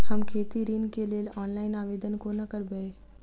हम खेती ऋण केँ लेल ऑनलाइन आवेदन कोना करबै?